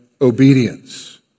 obedience